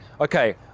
okay